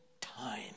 time